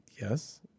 Yes